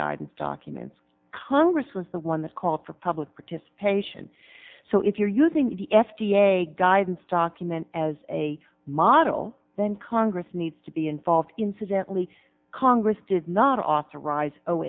guidance documents congress was the one that called for public participation so if you're using the f d a guidance document as a model then congress needs to be involved incidentally congress did not authorize o